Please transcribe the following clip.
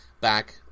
back